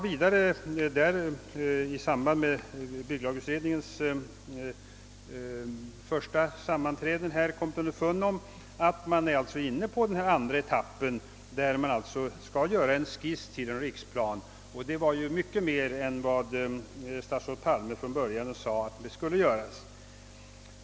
I samband med bygglagutredningens arbete har man vidare kommit underfund med att man nu är inne på den andra etappen, i vilken man skall göra en skiss till en riksplan. Det är mycket mer än vad statsrådet Palme från början talade om.